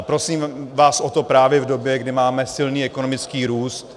Prosím vás o to právě v době, kdy máme silný ekonomický růst...